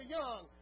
young